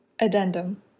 Addendum